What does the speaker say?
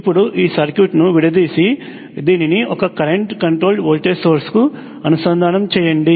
ఇప్పుడుఈ సర్క్యూట్ ను విడదీసి దీనిని ఒక కరెంట్ కంట్రోల్డ్ వోల్టేజ్ సోర్స్కు అనుసంధానం చేయండి